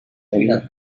many